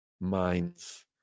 minds